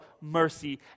mercy